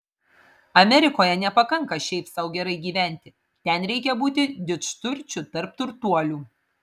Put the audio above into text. amerikoje nepakanka šiaip sau gerai gyventi ten reikia būti didžturčiu tarp turtuolių